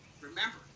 Remember